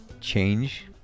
change